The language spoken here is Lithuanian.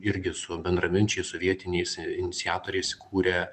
irgi su bendraminčiais su vietiniais iniciatoriais kūrė